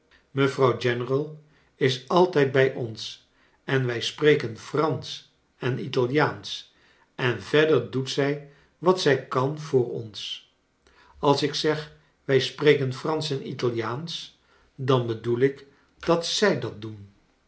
mevrouw general is altijd bij ons en wij spreken fransoh en italiaansch en verder doet zij wat zij kan voor ons als ik zeg wij spreken fransch en italiaansch dan bedoel ik dat zij dat doen